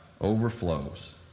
overflows